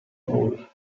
hall